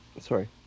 sorry